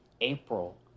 April